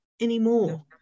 anymore